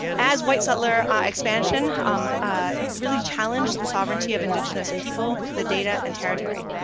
as white settler expansion really challenged the sovereignty of indigenous people, the data, and territory.